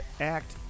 act